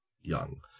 young